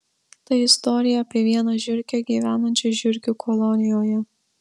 tai istorija apie vieną žiurkę gyvenančią žiurkių kolonijoje